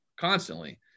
constantly